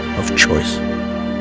of choice.